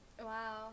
Wow